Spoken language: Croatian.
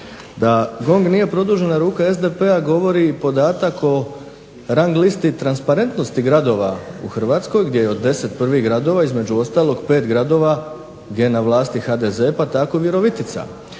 Da GONG nije produžena ruka SDP-a govori i podatak o rang listi transparentnosti gradova u Hrvatskoj, gdje je od 10 prvih gradova između ostalog 5 gradova gdje je na vlasti HDZ, pa tako i Virovitica.